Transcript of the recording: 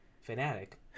fanatic